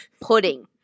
Pudding